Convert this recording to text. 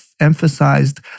emphasized